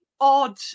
odd